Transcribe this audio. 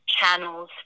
channels